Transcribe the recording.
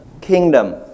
kingdom